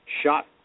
shot